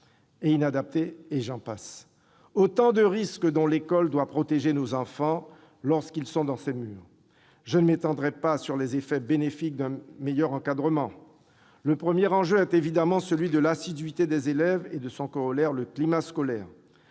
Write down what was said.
ou inadaptés : autant de risques dont l'école doit protéger nos enfants lorsqu'ils sont dans ses murs. Je ne m'étendrai pas sur les effets bénéfiques d'un meilleur encadrement. Le premier enjeu est évidemment celui de l'assiduité des élèves et son corollaire, le climat scolaire.